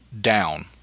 down